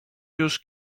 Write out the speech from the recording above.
już